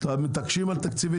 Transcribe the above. אתם מתעקשים על תקציבי,